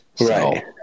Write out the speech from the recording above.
Right